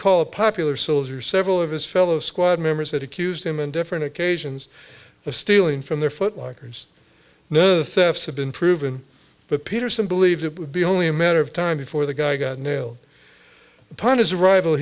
call a popular soldier several of his fellow squad members had accused him in different occasions of stealing from their foot likers thefts have been proven but peterson believed it would be only a matter of time before the guy got nailed upon his rival